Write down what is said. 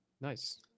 Nice